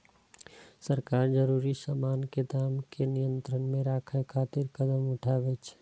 सरकार जरूरी सामान के दाम कें नियंत्रण मे राखै खातिर कदम उठाबै छै